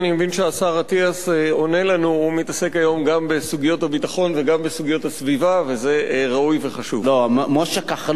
נעבור להצעות לסדר-היום מס' 8413 ו-8479 בנושא: